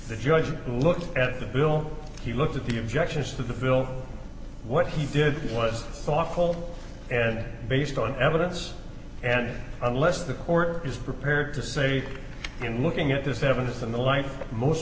the judges look at the bill he looked at the objections to the bill what he did was thoughtful and based on evidence and unless the court is prepared to say in looking at this evidence in the light most